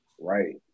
Right